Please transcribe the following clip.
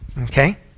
okay